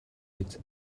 биз